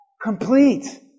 Complete